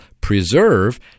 preserve